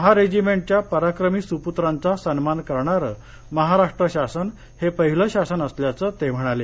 महार रेजिमेंटच्या पराक्रमी सुपुत्रांचा सन्मान करणारं महाराष्ट्र शासन पहिलं शासन असल्याचं ते म्हणाले